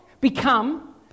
become